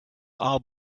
are